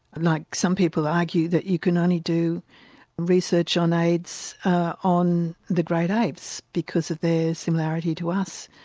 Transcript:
like some people argue that you can only do research on aids on the great apes because of their similarity to us,